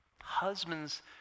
Husbands